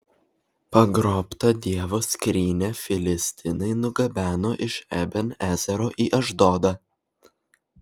pagrobtą dievo skrynią filistinai nugabeno iš eben ezero į ašdodą